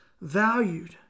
valued